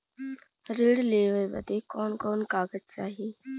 ऋण लेवे बदे कवन कवन कागज चाही?